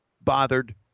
bothered